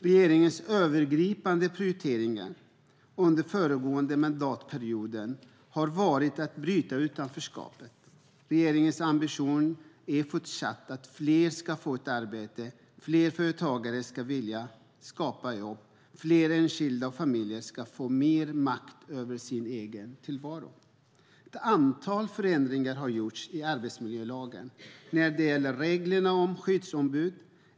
Regeringens övergripande prioritering under föregående mandatperiod har varit att bryta utanförskapet. Regeringens ambition är fortsatt att fler ska få arbete, att fler företagare ska vilja skapa jobb och att fler enskilda och familjer ska få mer makt över sin egen tillvaro. Ett antal förändringar har gjorts i arbetsmiljölagen när det gäller reglerna om skyddsombud.